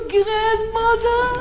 grandmother